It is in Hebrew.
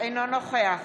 אינו נוכח